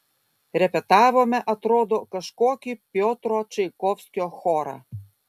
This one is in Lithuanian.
repetavome atrodo kažkokį piotro čaikovskio chorą